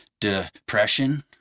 depression